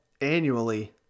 annually